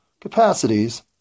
capacities